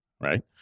right